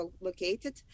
located